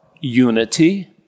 unity